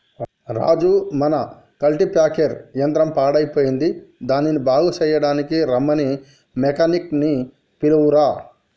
రాజు మన కల్టిప్యాకెర్ యంత్రం పాడయ్యిపోయింది దానిని బాగు సెయ్యడానికీ రమ్మని మెకానిక్ నీ పిలువురా